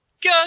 Good